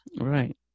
Right